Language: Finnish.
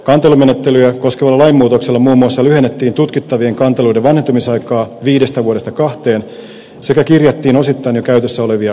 kantelumenettelyjä koskevalla lainmuutoksella muun muassa lyhennettiin tutkittavien kanteluiden vanhentumisaikaa viidestä vuodesta kahteen sekä kirjattiin osittain jo käytössä olevia käytäntöjä lakiin